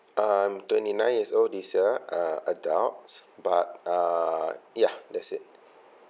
I'm twenty nine years old this year uh adult but uh ya that's it